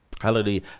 hallelujah